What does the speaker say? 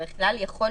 אני חושבת